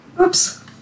Oops